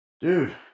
Dude